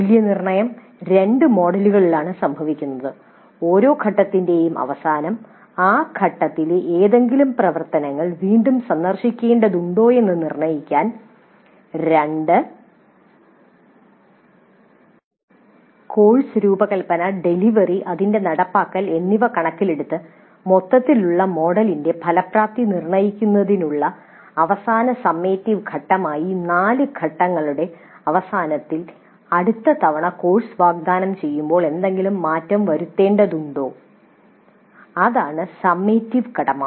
മൂല്യനിർണ്ണയം രണ്ട് മോഡുകളിലാണ് സംഭവിക്കുന്നത് ഓരോ ഘട്ടത്തിന്റെയും അവസാനം ആ ഘട്ടത്തിലെ ഏതെങ്കിലും പ്രവർത്തനങ്ങൾ വീണ്ടും സന്ദർശിക്കേണ്ടതുണ്ടോ എന്ന് നിർണ്ണയിക്കാൻ കോഴ്സ് രൂപകൽപ്പന ഡെലിവറി അതിന്റെ നടപ്പാക്കൽ എന്നിവ കണക്കിലെടുത്ത് മൊത്തത്തിലുള്ള മോഡലിന്റെ ഫലപ്രാപ്തി നിർണ്ണയിക്കുന്നതിനുള്ള അവസാന സമ്മേറ്റിവ് ഘട്ടമായി 4 ഘട്ടങ്ങളുടെ അവസാനത്തിൽ അടുത്ത തവണ കോഴ്സ് വാഗ്ദാനം ചെയ്യുമ്പോൾ എന്തെങ്കിലും മാറ്റങ്ങൾ വരുത്തേണ്ടതുണ്ടോ അതാണ് സമ്മേറ്റിവ് കടമ